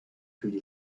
through